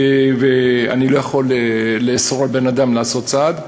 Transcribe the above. ואני לא יכול לאסור על בן-אדם לעשות צעד.